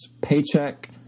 paycheck